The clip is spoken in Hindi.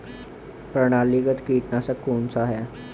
प्रणालीगत कीटनाशक कौन सा है?